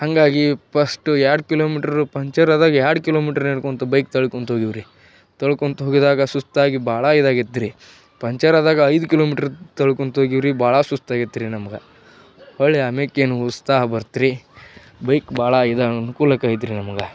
ಹಾಗಾಗಿ ಪಸ್ಟು ಎರಡು kilometre puncture ಆದಾಗ ಎರಡು ಕಿಲೋಮೀಟ್ರು ನಡ್ಕೊತ ಬೈಕ್ ತಳ್ಕೊತ ಹೋಗೀವ್ರಿ ತಳ್ಕೊತ ಹೋಗಿದ್ದಾಗ ಸುಸ್ತಾಗಿ ಭಾಳ ಇದಾಗಿತ್ತು ರಿ ಪಂಚರ್ ಆದಾಗ ಐದು ಕಿಲೋಮೀಟ್ರು ತಳ್ಕೊತ ಹೋಗೀವಿ ರಿ ಭಾಳ ಸುಸ್ತು ಆಗೈತೆ ರಿ ನಮ್ಗೆ ಹೊಳ್ಳ ಆಮೇಲ್ ಏನು ಉತ್ಸಾಹ ಬರತ್ರಿ ಬೈಕ್ ಭಾಳ ಇದು ಅನ್ಕೂಲಕರ ಐತ್ರಿ ನಮ್ಗೆ